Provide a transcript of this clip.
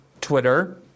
Twitter